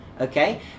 okay